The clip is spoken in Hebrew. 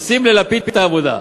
עושים ללפיד את העבודה.